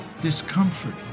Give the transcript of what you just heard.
discomfort